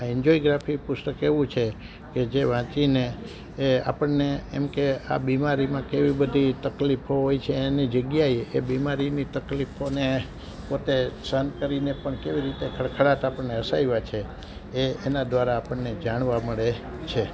આ એન્જોયગ્રાફી પુસ્તક એવું છે કે જે વાંચીને એ આપણને એમકે આ બીમારીમાં કેવી બધી તકલીફો હોય છે એની જગ્યાએ એ બીમારીની તકલીફોને પોતે સહન કરીને પણ કેવી રીતે ખડખડાટ આપણને હસાવ્યા છે એ એના દ્વારા આપણને જાણવા મળે છે